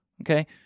okay